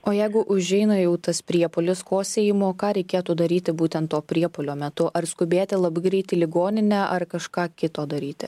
o jeigu užeina jau tas priepuolis kosėjimo ką reikėtų daryti būtent to priepuolio metu ar skubėti labai greit į ligoninę ar kažką kito daryti